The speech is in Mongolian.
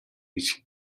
гэж